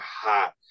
hot